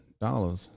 dollars